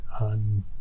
on